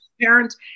parents